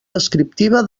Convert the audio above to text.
descriptiva